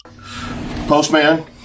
Postman